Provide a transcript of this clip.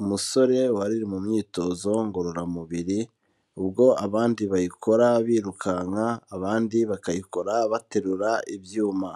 Umusore wari uri mu myitozo ngororamubiri, ubwo abandi bayikora birukanka, abandi bakayikora baterura ibyuma,